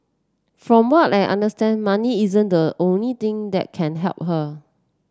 from what I understand money isn't the only thing that can help her